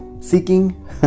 seeking